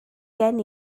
gen